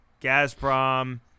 Gazprom